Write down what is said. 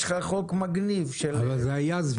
יש לך חוק מגניב של מקלב,